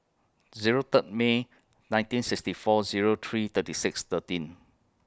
Zero Third May nineteen sixty four Zero three thirty six thirteen